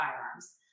firearms